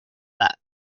that